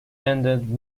ended